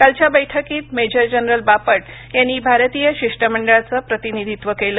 कालच्या बैठकीत major general Bapat यांनी भारतीय शिष्टमंडळाचं प्रतिनिधीत्व केलं